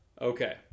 Okay